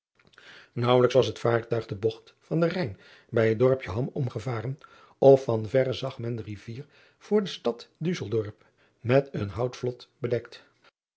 aauwelijks was het vaartuig de bogt van den ijn bij het dorpje am omgevaren of van verre zag men de rivier voor de stad usseldorp met een houtvlot bedekt